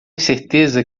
certeza